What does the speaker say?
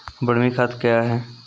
बरमी खाद कया हैं?